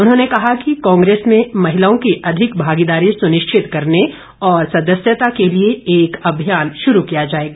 उन्होंने कहा कि कांग्रेस में महिलाओं की अधिक भागीदारी सुनिश्चित करने और सदस्यता के लिए एक अभियान शुरू किया जाएगा